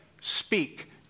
speak